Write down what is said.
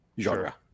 genre